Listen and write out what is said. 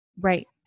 Right